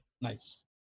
nice